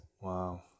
Wow